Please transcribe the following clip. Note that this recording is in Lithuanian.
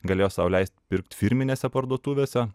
galėjo sau leist pirkt firminėse parduotuvėse